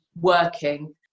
working